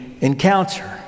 encounter